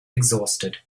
exhausted